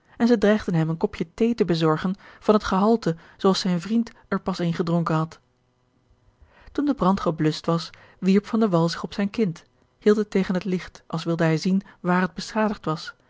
en zij dreigden hem een kopje thee te bezorgen van het gehalte zoo als zijn vriend er pas een gedronken had toen de brand gebluscht was wierp van de wall zich op zijn kind hield het tegen het licht als wilde hij zien waar het beschadigd was